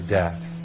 death